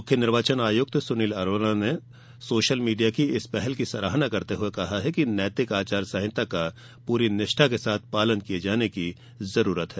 मुख्य निर्वाचन आयुक्त सुनील अरोड़ा ने सोशल मीडिया की इस पहल की सराहना करते हुए कहा कि नैतिक आचार संहिता का पूरी निष्ठा के साथ पालन किए जाने की जरूरत है